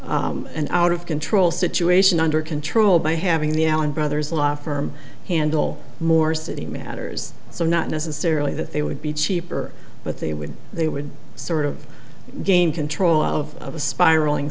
out of control situation under control by having the alan brothers law firm handle more city matters so not necessarily that they would be cheaper but they would they would sort of gain control of the spiraling